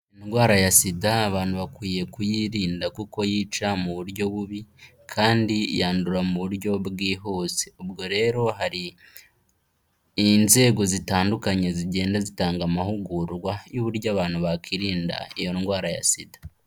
Indwara ya SIDA abantu bakwiye kuyirinda, kuko yica mu buryo bubi, kandi yandura mu buryo bwihuse. Ubwo rero hari inzego zitandukanye zigenda zitanga amahugurwa y'uburyo abantu bakirinda iyo ndwara ya SIDA.